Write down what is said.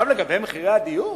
לגבי מחירי הדיור,